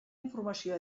informació